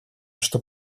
что